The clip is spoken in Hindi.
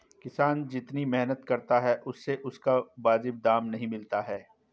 किसान जितनी मेहनत करता है उसे उसका वाजिब दाम नहीं मिलता है